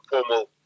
formal